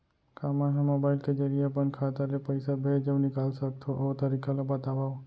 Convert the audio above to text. का मै ह मोबाइल के जरिए अपन खाता ले पइसा भेज अऊ निकाल सकथों, ओ तरीका ला बतावव?